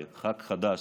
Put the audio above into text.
כח"כ חדש,